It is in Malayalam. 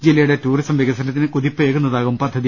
ജില്ലയുടെ ടൂറിസം വികസനത്തിന് കുതിപ്പേകുന്നതാകും പദ്ധതി